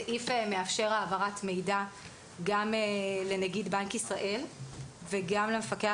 הסעיף מאפשר העברת מידע גם לנגיד בנק ישראל וגם למפקח